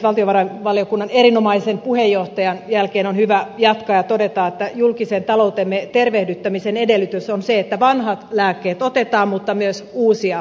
valtiovarainvaliokunnan erinomaisen puheenjohtajan jälkeen on hyvä jatkaa ja todeta että julkisen taloutemme tervehdyttämisen edellytys on se että vanhat lääkkeet otetaan mutta myös uusia tarvitaan